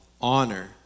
honor